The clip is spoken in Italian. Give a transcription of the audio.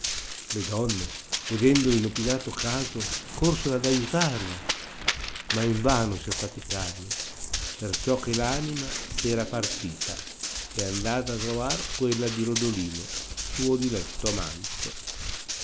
le donne vedendo l'inopinato caso corsero ad aiutarla ma in vano si affaticarono perciò che l anima s era partita e andata a trovar quella di rodolino suo diletto amante